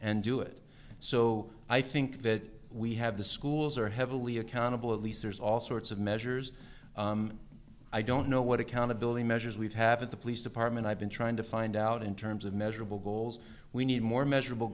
and do it so i think that we have the schools are heavily accountable at least there's all sorts of measures i don't know what accountability measures we'd have in the police department i've been trying to find out in terms of measurable goals we need more measurable